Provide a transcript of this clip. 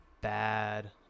bad